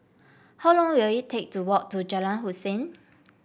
how long will it take to walk to Jalan Hussein